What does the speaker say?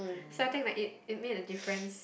so I think that it it made a difference